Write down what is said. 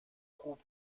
خوب